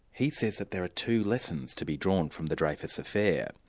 he says that there are two lessons to be drawn from the dreyfus affair.